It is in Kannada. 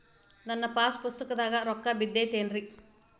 ನನ್ನ ಪಾಸ್ ಪುಸ್ತಕದಾಗ ರೊಕ್ಕ ಬಿದ್ದೈತೇನ್ರಿ?